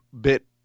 bit